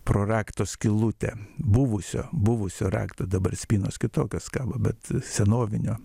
pro rakto skylutę buvusio buvusio rakto dabar spynos kitokios kaba bet senovinio